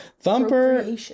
Thumper